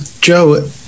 Joe